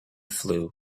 flue